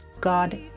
God